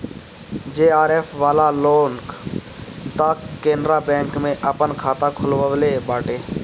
JRF वाला लोग तअ केनरा बैंक में आपन खाता खोलववले बाटे